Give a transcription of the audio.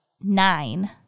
nine